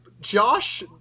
Josh